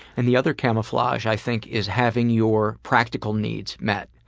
and the other camouflage, i think, is having your practical needs met.